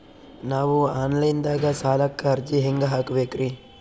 ನಾವು online ದಾಗ ಸಾಲಕ್ಕ ಅರ್ಜಿ ಹೆಂಗ ಹಾಕಬೇಕ್ರಿ?